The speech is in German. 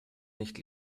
nicht